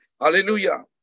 hallelujah